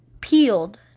peeled